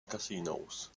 casinos